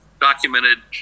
documented